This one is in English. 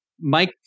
Mike